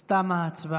אז תמה ההצבעה.